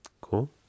Cool